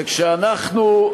וכשאנחנו,